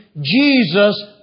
Jesus